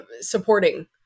supporting